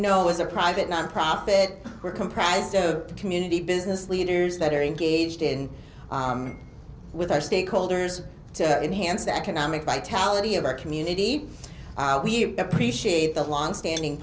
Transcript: know it was a private nonprofit are comprised of community business leaders that are engaged in with our stakeholders to enhance the economic vitality of our community we appreciate the long standing